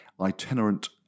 itinerant